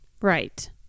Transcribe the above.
Right